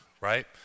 right